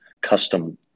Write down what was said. custom